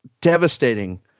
devastating